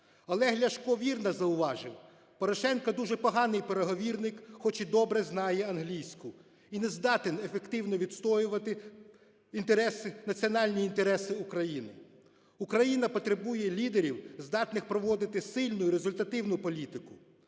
Олег Ляшко вірно зауважив: Порошенко дуже поганий переговірник, хоч і добре знає англійську, і не здатен ефективно відстоювати інтереси, національні інтереси України. Україна потребує лідерів, здатних проводити сильну, результативну політику.